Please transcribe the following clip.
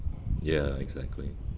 ya exactly